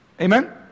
Amen